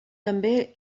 també